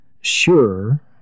sure